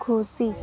ᱠᱷᱩᱥᱤ